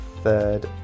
Third